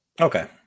Okay